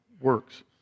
works